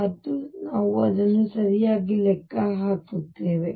ಮತ್ತು ನಾವು ಅದನ್ನು ಸರಿಯಾಗಿ ಲೆಕ್ಕ ಹಾಕುತ್ತೇವೆ x